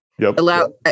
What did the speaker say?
allow